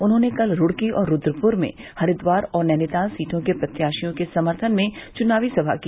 उन्होंने कल रूड़की और रूद्रपुर में हरिद्वार और नैनीताल सीटों के प्रत्याशियों के समर्थन में चुनावी सभा की